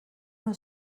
una